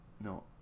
No